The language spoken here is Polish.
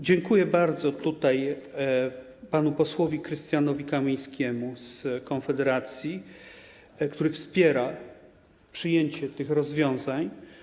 Dziękuję bardzo panu posłowi Krystianowi Kamińskiemu z Konfederacji, który wspiera przyjęcie tych rozwiązań.